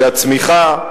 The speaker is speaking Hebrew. שהצמיחה,